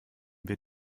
wir